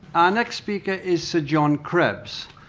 our next speaker is sir john krebs.